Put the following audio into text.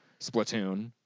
Splatoon